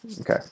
okay